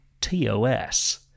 TOS